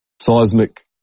seismic